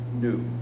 new